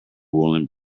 woolen